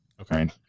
Okay